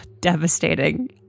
Devastating